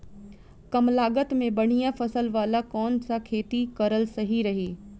कमलागत मे बढ़िया फसल वाला कौन सा खेती करल सही रही?